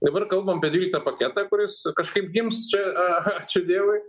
dabar kalbam apie dvyliktą paketą kuris kažkaip gims čia a ačiū dievui